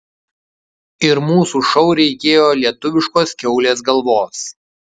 ir mūsų šou reikėjo lietuviškos kiaulės galvos